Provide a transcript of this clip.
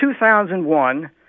2001